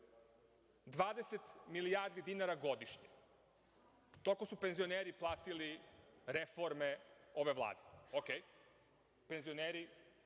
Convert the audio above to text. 20 milijardi dinara godišnje. Toliko su penzioneri platili reforme ove Vlade. Okej, penzioneri